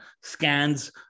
scans